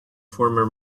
former